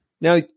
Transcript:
Now